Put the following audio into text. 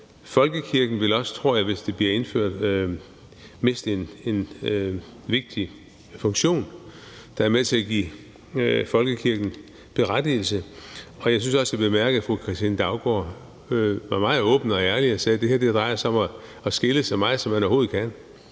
Folkekirken vil også, tror jeg, hvis det bliver indført, miste en vigtig funktion, der er med til at giver folkekirken berettigelse. Jeg synes også, jeg bemærkede, at fru Katrine Daugaard var meget åben om det med at skille så meget, som man overhovedet kan.